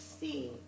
see